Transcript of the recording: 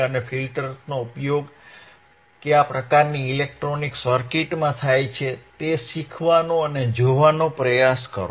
અને ફિલ્ટર્સનો ઉપયોગ કયા પ્રકારની ઇલેક્ટ્રોનિક સર્કિટમાં થાય છે તે શીખવાનો અને જોવાનો પ્રયાસ કરો